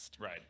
Right